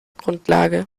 grundlage